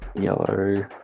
Yellow